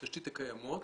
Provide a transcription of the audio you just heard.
התשתיות הקיימות,